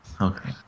Okay